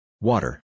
Water